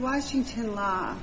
washington la